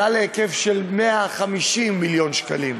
עלה להיקף של 150 מיליון שקלים,